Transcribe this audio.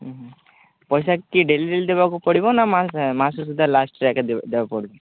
ପଇସା କି daily daily ଦେବାକୁ ପଡ଼ିବ ନା ମାସ ସୁଦ୍ଧା ଲାଷ୍ଟ୍ ଯାକେ ଦେବାକୁ ପଡ଼ିବ